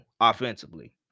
offensively